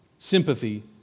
Sympathy